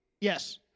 Yes